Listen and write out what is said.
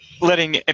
Letting